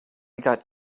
got